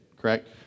correct